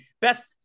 best